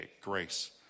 grace